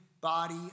body